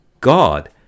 God